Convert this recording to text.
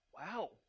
wow